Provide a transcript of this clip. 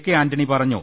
K Antony പറഞ്ഞു